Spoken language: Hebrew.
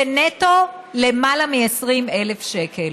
ונטו למעלה מ-20,000 שקל.